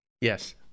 Yes